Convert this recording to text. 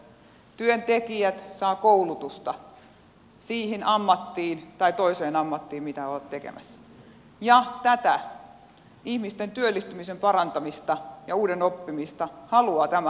työntekijät saavat koulutusta siihen ammattiin tai toiseen ammattiin mitä ovat tekemässä ja tätä ihmisten työllistymisen parantamista ja uuden oppimista haluaa tämä hallitus tukea